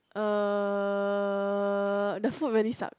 uh the food really sucks